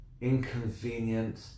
inconvenient